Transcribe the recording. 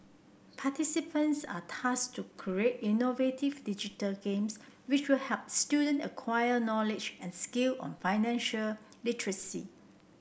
participants are tasked to create innovative digital games which could help student acquire knowledge and skill on financial literacy